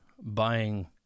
buying